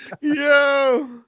Yo